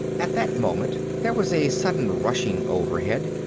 at that moment, there was a sudden rushing overhead,